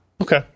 okay